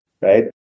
right